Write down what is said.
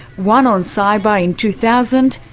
one on saibai in two thousand,